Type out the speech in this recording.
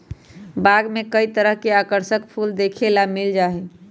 बाग में कई तरह के आकर्षक फूल देखे ला मिल जा हई